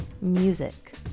Music